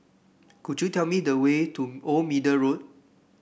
could you tell me the way to Old Middle Road